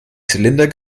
zylinder